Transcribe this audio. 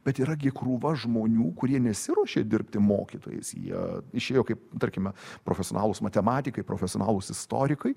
bet yra gi krūva žmonių kurie nesiruošė dirbti mokytojais jie išėjo kaip tarkime profesionalūs matematikai profesionalūs istorikai